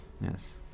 Yes